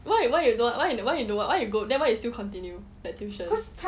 why why why you don't want why you go then why you still continue the tuition